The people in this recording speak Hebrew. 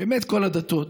באמת כל הדתות.